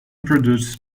produce